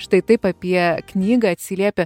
štai taip apie knygą atsiliepia